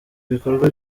ibikorwa